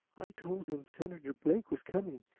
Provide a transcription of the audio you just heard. i told him senator blake was coming,